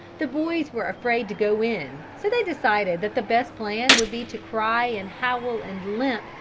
the boys were afraid to go in so they decided that the best plan would be to cry and howl and limp,